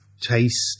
taste